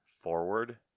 forward